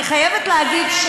אני חייבת להגיד,